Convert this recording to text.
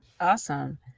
Awesome